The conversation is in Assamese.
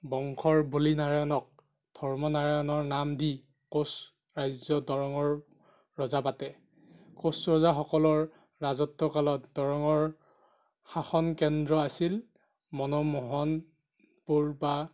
বংশৰ বলি নাৰায়ণক ধৰ্ম নাৰায়ণৰ নাম দি কোচ ৰাজ্য দৰঙৰ ৰজা পাতে কোচ ৰজাসকলৰ ৰাজত্ব কালত দৰঙৰ শাসন কেন্দ্ৰ আছিল মনমোহনপুৰ বা